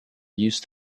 used